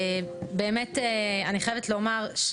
אני חייבת לומר,